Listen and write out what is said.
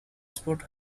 spot